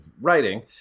writing